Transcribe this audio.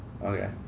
Okay